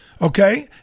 Okay